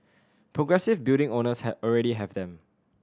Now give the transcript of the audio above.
progressive building owners already have them